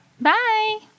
bye